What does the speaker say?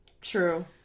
True